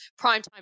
primetime